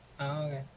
Okay